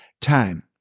time